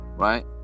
Right